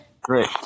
Great